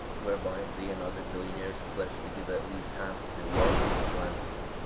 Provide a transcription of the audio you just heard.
whereby they and other billionaires pledge to give at least half of their wealth to philanthropy.